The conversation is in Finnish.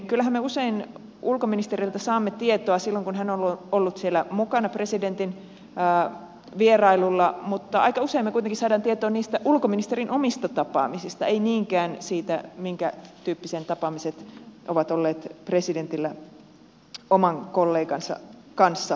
kyllähän me usein ulkoministeriltä saamme tietoa silloin kun hän on ollut mukana presidentin vierailulla mutta aika usein me kuitenkin saamme tietoa niistä ulkoministerin omista tapaamisista emme niinkään siitä minkä tyyppisiä ne tapaamiset ovat olleet presidentillä oman kollegansa kanssa